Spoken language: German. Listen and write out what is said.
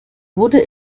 wurde